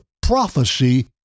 prophecy